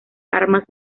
armas